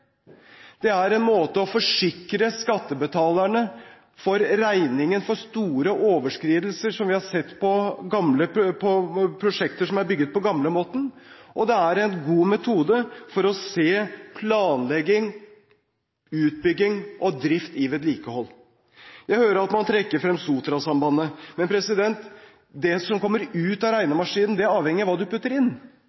Det er en måte å forsikre skattebetalerne mot regningen for store overskridelser som vi har sett på prosjekter som er bygget på gamlemåten, og det er en god metode for å se planlegging, utbygging og drift i vedlikehold. Jeg hører at man trekker frem Sotrasambandet, men det som kommer ut av